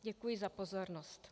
Děkuji za pozornost.